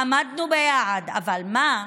עמדנו ביעד, אבל מה,